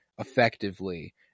effectively